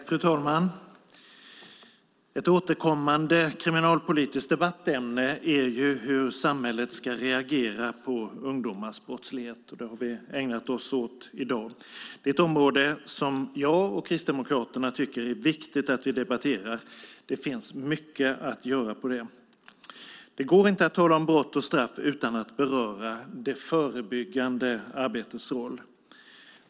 Fru talman! Ett återkommande kriminalpolitiskt debattämne är hur samhället ska reagera på ungdomars brottslighet, och det har vi ägnat oss åt i dag. Det är ett område som jag och Kristdemokraterna tycker är viktigt att vi debatterar; det finns mycket att göra här. Det går inte att tala om brott och straff utan att beröra det förebyggande arbetets roll.